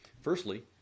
firstly